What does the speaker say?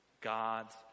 God's